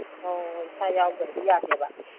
ꯑꯥꯎ ꯏꯁꯥ ꯌꯥꯎꯗꯕꯗꯤ ꯌꯥꯗꯦꯕ